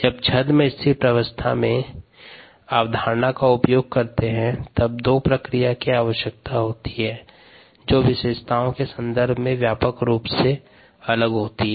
जब छद्म स्थिर प्रवस्था के अवधारणा का उपयोग करते हैं तब दो प्रक्रिया की आवश्यकता होती है जो विशेषताओं के संदर्भ में व्यापक रूप से अलग होती हैं